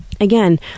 Again